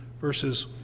verses